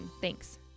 Thanks